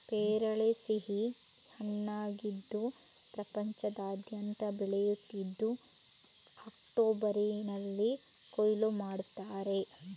ಪೇರಳೆ ಸಿಹಿ ಹಣ್ಣಾಗಿದ್ದು ಪ್ರಪಂಚದಾದ್ಯಂತ ಬೆಳೆಯುತ್ತಿದ್ದು ಅಕ್ಟೋಬರಿನಲ್ಲಿ ಕೊಯ್ಲು ಮಾಡ್ತಾರೆ